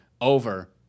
over